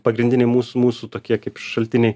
pagrindiniai mūsų mūsų tokie kaip šaltiniai